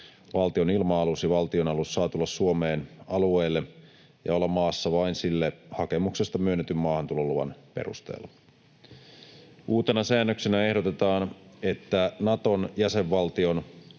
valtionilma-alus tai valtionalus saa tulla Suomen alueelle ja olla maassa vain sille hakemuksesta myönnetyn maahantuloluvan perusteella. Uutena säännöksenä ehdotetaan, että Naton jäsenvaltion,